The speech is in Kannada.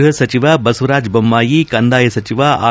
ಗೃಹ ಸಚಿವ ಬಸವರಾಜ ಬೊಮ್ನಾಯಿ ಕಂದಾಯ ಸಚಿವ ಆರ್